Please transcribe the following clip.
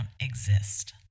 exist